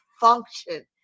function